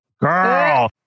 Girl